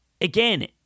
Again